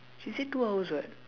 she say two hours what